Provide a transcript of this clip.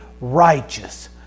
righteous